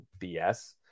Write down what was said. bs